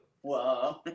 Whoa